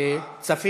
חבר